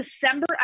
December